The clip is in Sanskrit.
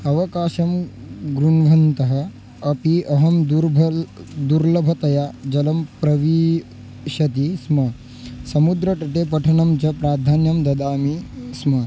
अवकाशं गृह्णन्तः अपि अहं दुर्भलं दुर्लभतया जलं प्रविषति स्म समुद्रतटे पठनं च प्राधान्यं ददामि स्म